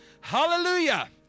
Hallelujah